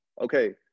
Okay